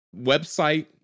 website